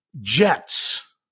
Jets